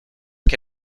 que